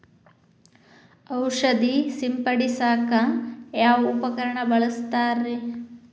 ಔಷಧಿ ಸಿಂಪಡಿಸಕ ಯಾವ ಉಪಕರಣ ಬಳಸುತ್ತಾರಿ?